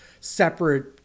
separate